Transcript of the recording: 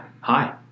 Hi